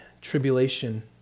tribulation